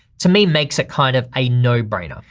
to me makes it kind of a no brainer.